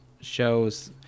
shows